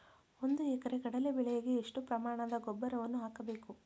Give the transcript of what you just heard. ಒಂದು ಎಕರೆ ಕಡಲೆ ಬೆಳೆಗೆ ಎಷ್ಟು ಪ್ರಮಾಣದ ಗೊಬ್ಬರವನ್ನು ಹಾಕಬೇಕು?